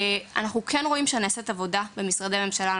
אנחנו כן רואים שנעשית עבודה סביב הנושא הזה במשרדי הממשלה.